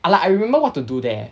I like I remember what to do there